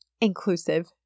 inclusive